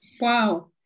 wow